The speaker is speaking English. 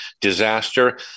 disaster